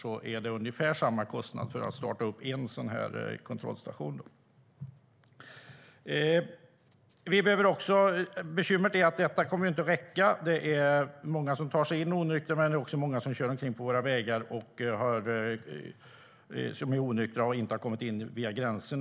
Det är alltså ungefär samma kostnad för att starta upp en sådan här kontrollstation. Bekymret är att detta inte kommer att räcka. Det är många som tar sig in i landet onyktra, men det är också många som tar risken att köra omkring onyktra på våra vägar och inte har kommit in via gränsen.